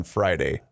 Friday